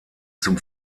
zum